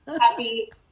happy